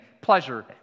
Pleasure